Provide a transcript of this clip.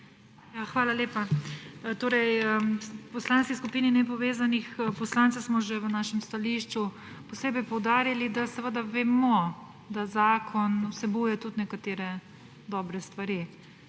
Hvala lepa. V Poslanski skupini nepovezanih poslancev smo že v našem stališču posebej poudarili, da vemo, da zakon vsebuje tudi nekatere dobre stvari.